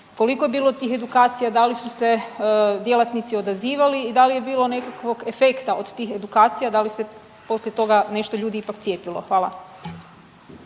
Koliko je bilo tih edukacija? Da li su se djelatnici odazivali i da li je bilo nekakvog efekta od tih edukacija? Da li se poslije toga nešto ljudi ipak cijepilo? Hvala.